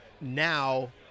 now